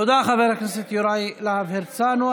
תודה, חבר הכנסת יוראי להב הרצנו.